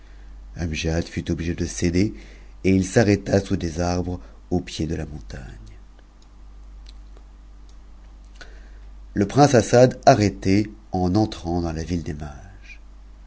rcta sous des arbres au pied de la montagne t h prince assad arrête en entrant dans la ville